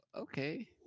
Okay